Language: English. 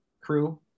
crew